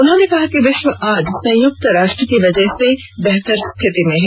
उन्होंने कहा कि विश्व आज संयुक्त राष्ट्र की वजह से बेहतर स्थिति में है